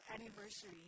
anniversary